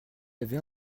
avez